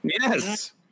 Yes